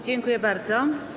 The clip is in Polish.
Dziękuję bardzo.